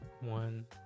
One